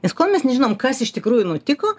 nes kol mes nežinom kas iš tikrųjų nutiko